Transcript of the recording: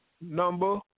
number